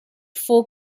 full